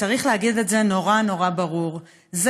צריך להגיד את זה נורא נורא ברור: זה